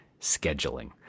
scheduling